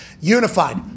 Unified